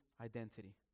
identity